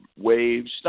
waves